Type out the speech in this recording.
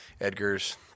Edgar's